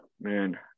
Man